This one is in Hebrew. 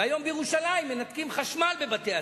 והיום בירושלים מנתקים חשמל בבתי-הספר.